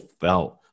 felt